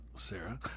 Sarah